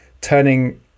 turning